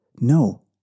No